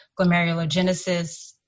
glomerulogenesis